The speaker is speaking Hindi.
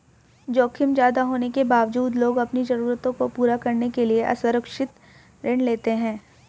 जोखिम ज्यादा होने के बावजूद लोग अपनी जरूरतों को पूरा करने के लिए असुरक्षित ऋण लेते हैं